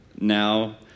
now